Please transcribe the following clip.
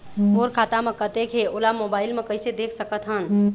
मोर खाता म कतेक हे ओला मोबाइल म कइसे देख सकत हन?